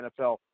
NFL